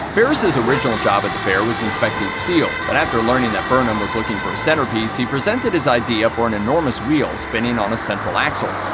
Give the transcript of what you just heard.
ferris' original job at the fair was inspecting steel, but after learning that burnham was looking for a centerpiece, he presented his idea for an enormous wheel, spinning on a central axle.